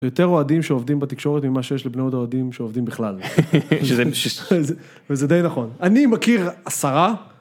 יותר אוהדים שעובדים בתקשורת, מאשר יש להם אוהדים שעובדים בכלל. וזה די נכון. אני מכיר עשרה.